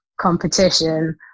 competition